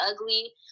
ugly